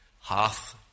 Hath